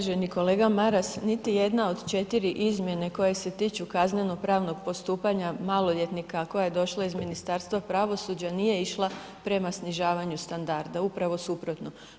Uvaženi kolega Maras niti jedna od 4 izmjene koje se tiču kazneno-pravnog postupanja maloljetnika, a koja je došla iz Ministarstva pravosuđa nije išla prema snižavanju standarda, upravo suprotno.